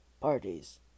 parties